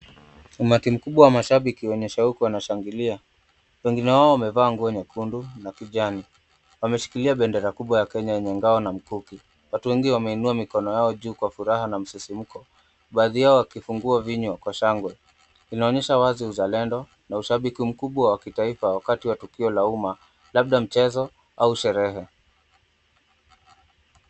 Umati mkubwa wa mashabiki wenye shauku wanashangilia. Wengine wao wamevaa nguo nyekundu na kijani, wameshikilia bendera kubwa ya Kenya yenye ngao na mkuki. Watu wengi wameinua mikono yao juu kwa furaha na msisimko. Baadhi yao wakifungua vinywa kwa shangwe. Inaonyesha wazi uzalendo na ushabiki mkubwa wa kitaifa wakati wa tukio la umma, labda mchezo au sherehe.